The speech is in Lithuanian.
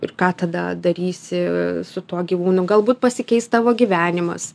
ir ką tada darysi su tuo gyvūnu galbūt pasikeis tavo gyvenimas